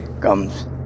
comes